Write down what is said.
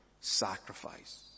sacrifice